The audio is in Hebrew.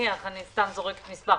אני סתם זורקת מספר,